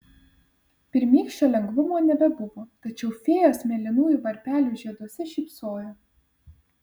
pirmykščio lengvumo nebebuvo tačiau fėjos mėlynųjų varpelių žieduose šypsojo